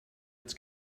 its